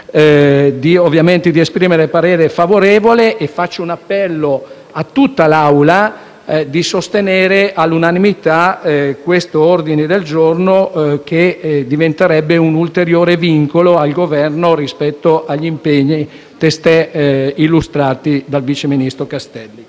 di esprimere parere favorevole e quello che rivolgo a tutta l'Assemblea è di sostenere all'unanimità questo ordine del giorno, che diventerebbe un ulteriore vincolo per il Governo rispetto agli impegni testé illustrati dal sottosegretario Castelli.